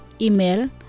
Email